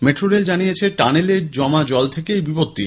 metro rail জানিয়েছে টানেলে জমা জল থেকেই এই বিপত্তি